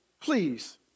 Please